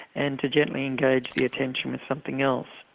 and to gently engage the attention with something else.